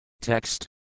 Text